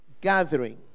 Gathering